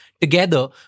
Together